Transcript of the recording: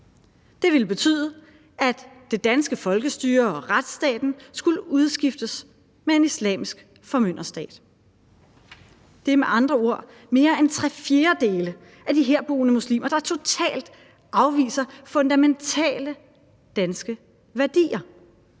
Det ville betyde, at det danske folkestyre og retsstaten skulle udskiftes med en islamisk formynderstat. Det er med andre ord mere end tre fjerdedele af de herboende muslimer, der totalt afviser fundamentale danske værdier.